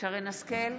שרן מרים השכל,